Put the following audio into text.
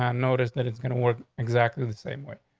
and noticed that it's gonna work exactly the same way.